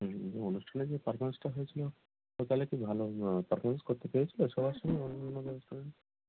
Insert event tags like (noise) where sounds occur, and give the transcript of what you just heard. হুম অনুষ্ঠানে যে পারফরমেন্সটা হয়েছিল ও তাহলে কি ভালো পারফরমেন্স করতে পেরেছিল সবার সামনে অন্যান্য (unintelligible)